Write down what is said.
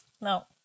No